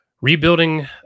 rebuilding